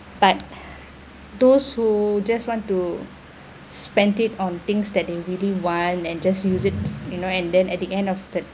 but those who just want to spend it on things that you really want and just use it you know and then at the end of the